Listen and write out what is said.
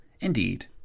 Indeed